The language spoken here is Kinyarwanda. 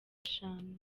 eshanu